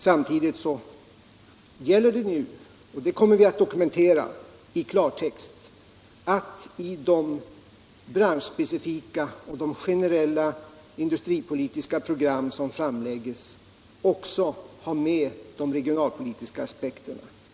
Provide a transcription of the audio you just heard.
Samtidigt gäller det nu — och det kommer vi att dokumentera i klartext — att i de branschspecifika och de generella industripolitiska program som framläggs också ha med de regionalpolitiska aspekterna.